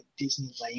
Disneyland